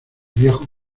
viejo